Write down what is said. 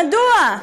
מדוע?